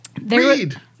Read